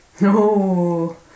No